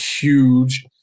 huge